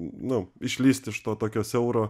nu išlįst iš to tokio siauro